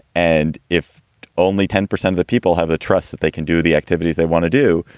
and if only ten percent of the people have the trust that they can do the activities they want to do.